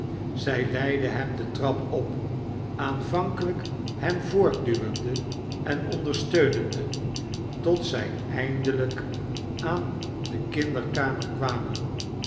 zy leidde hem de trap op aanvankelyk hem voortduwende en ondersteunende tot zy eindelyk aan de kinderkamer kwamen